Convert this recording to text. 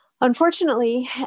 Unfortunately